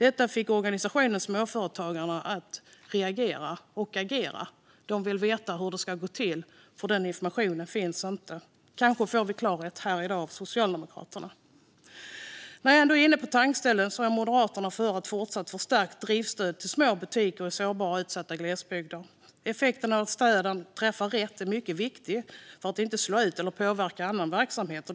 Detta fick organisationen Småföretagarna att reagera och agera. De vill veta hur det ska gå till, för den informationen finns inte. Kanske får vi klarhet här i dag av Socialdemokraterna. När jag ändå är inne på tankställen vill jag säga att Moderaterna är för ett fortsatt förstärkt driftsstöd till små butiker i sårbara och utsatta glesbygder. Effekten av att stöden träffar rätt är mycket viktig för att inte annan verksamhet ska slås ut eller påverkas.